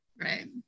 Right